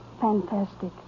fantastic